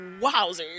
Wowzers